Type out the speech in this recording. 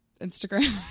instagram